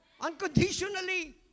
Unconditionally